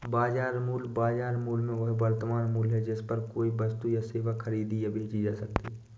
बाजार मूल्य, बाजार मूल्य में वह वर्तमान मूल्य है जिस पर कोई वस्तु या सेवा खरीदी या बेची जा सकती है